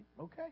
Okay